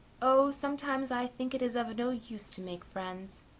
oh, sometimes, i think it is of no use to make friends.